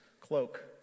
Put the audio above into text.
cloak